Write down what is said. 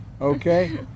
okay